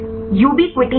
ubiquitination